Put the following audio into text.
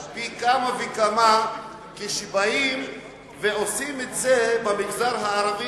על אחת כמה וכמה כשבאים ועושים את זה במגזר הערבי,